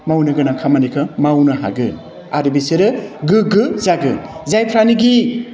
मावनो गोनां खामानिखौ मावनो हागोन आरो बिसोरो गोग्गो जागोन जायफ्रानिकि